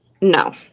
No